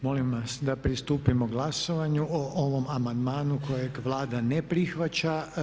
Molim vas da pristupimo glasovanju o ovom amandmanu kojeg Vlada ne prihvaća.